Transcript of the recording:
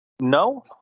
No